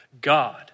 God